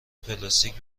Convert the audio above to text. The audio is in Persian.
پلاستیک